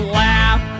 laugh